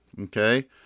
okay